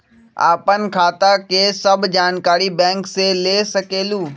आपन खाता के सब जानकारी बैंक से ले सकेलु?